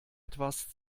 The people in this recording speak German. etwas